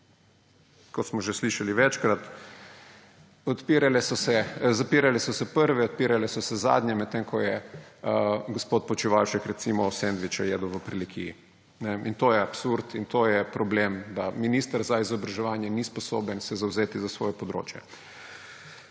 Kot smo že slišali večkrat, zapirale so se prve, odpirale so se zadnje, medtem ko je gospod Počivalšek, recimo, sendviče jedel v Prlekiji. In to je absurd in to je problem, da minister za izobraževanje ni sposoben se zavzeti za svoje področje.